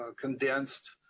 condensed